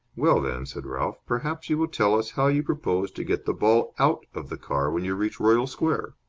well, then, said ralph, perhaps you will tell us how you propose to get the ball out of the car when you reach royal square?